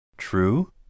True